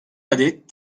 adet